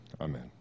amen